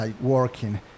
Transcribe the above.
working